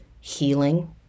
healing